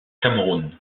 cameroun